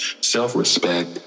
self-respect